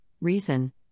Reason